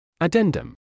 Addendum